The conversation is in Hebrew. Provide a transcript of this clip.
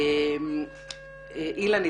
אילן,